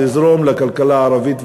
לזרום לכלכלה הערבית,